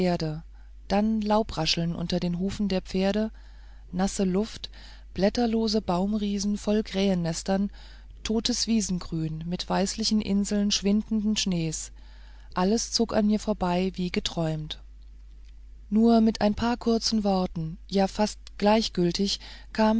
dann laubrascheln unter den hufen der pferde nasse luft blätterlose baumriesen voll von krähennestern totes wiesengrün mit weißlichen inseln schwindenden schnees alles zog an mir vorbei wie geträumt nur mit ein paar kurzen worten fast gleichgültig kam